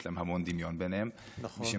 יש הרבה דמיון ביניהם למי שמכיר.